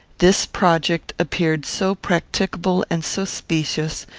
this project appeared so practicable and so specious,